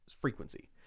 frequency